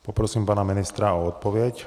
Poprosím pana ministra o odpověď.